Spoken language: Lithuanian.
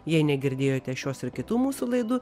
jei negirdėjote šios ir kitų mūsų laidų